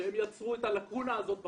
שיצרו את הלקונה הזאת בחוק.